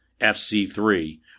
FC3